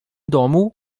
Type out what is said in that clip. domu